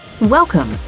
Welcome